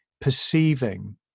perceiving